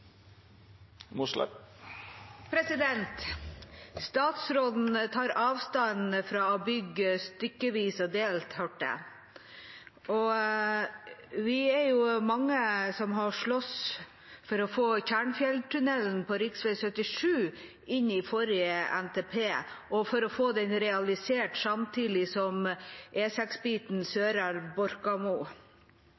Statsråden tar avstand fra å bygge stykkevis og delt, hørte jeg. Vi er jo mange som sloss for å få Tjernfjelltunnelen på rv. 77 inn i forrige NTP, og for å få den realisert samtidig